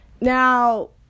Now